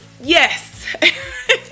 Yes